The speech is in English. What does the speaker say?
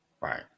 Right